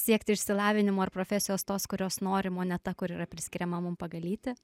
siekti išsilavinimo ar profesijos tos kurios norim o ne ta kur yra priskiriama mum pagal lytį